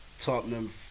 Tottenham